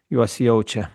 juos jaučia